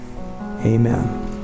Amen